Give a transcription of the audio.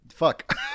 Fuck